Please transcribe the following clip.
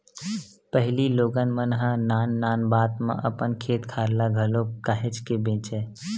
पहिली लोगन मन ह नान नान बात म अपन खेत खार ल घलो काहेच के बेंचय